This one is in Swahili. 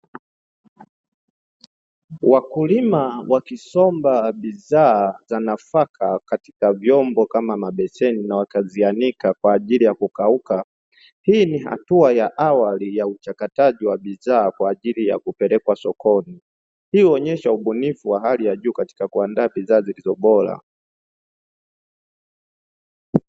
Wakulima wakisomba bidhaa za nafaka katika vyombo kama beseni na wakazianika kwaajili ya kukauka. Hii ni hatua ya awali ya uchakataji wa bidhaa kwaajili ya kupelekwa sokoni. Hii huonesha ubunifu wa hali ya juu katika kuandaa bidhaa zilizo bora.